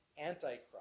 Antichrist